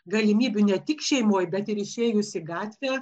galimybių ne tik šeimoj bet ir išėjus į gatvę